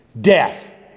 Death